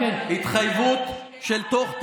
התחייבות של תוך תשעה,